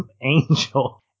angel